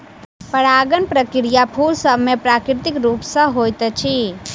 परागण प्रक्रिया फूल सभ मे प्राकृतिक रूप सॅ होइत अछि